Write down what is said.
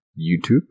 YouTube